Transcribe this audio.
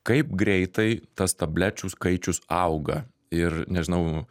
kaip greitai tas tablečių skaičius auga ir nežinau